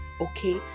okay